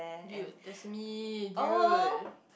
dude text me dude